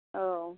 औ